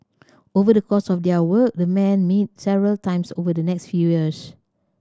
over the course of their work the men met several times over the next few years